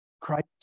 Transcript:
christ